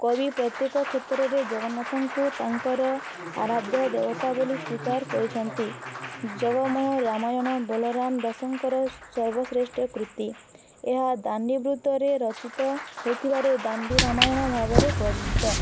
କବି ପ୍ରତ୍ୟେକ କ୍ଷେତ୍ରରେ ଜଗନ୍ନାଥଙ୍କୁ ତାଙ୍କର ଆରାଧ୍ୟ ଦେବତା ବୋଲି ସ୍ୱୀକାର କରିଛନ୍ତି ଜଗମୋହ ରାମାୟଣ ବଲରାମ ଦାସଙ୍କର ସର୍ବଶ୍ରେଷ୍ଠ କୃତି ଏହା ବୃତରେ ରଚିତ ହୋଇଥିବାରୁ ଦାଣ୍ଡି ରାମାୟଣ ଭାବରେ ପରିଚିତ